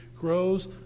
grows